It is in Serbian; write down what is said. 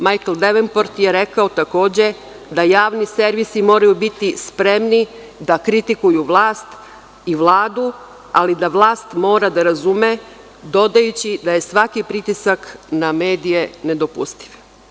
Majkl Devenport je rekao, takođe, da javni servisi moraju biti spremni da kritikuju vlast i Vladu, ali da vlast mora da razume, dodajući da je svaki pritisak na medije nedopustiv.